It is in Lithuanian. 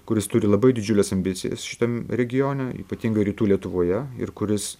kuris turi labai didžiules ambicijas šitam regione ypatingai rytų lietuvoje ir kuris